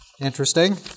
Interesting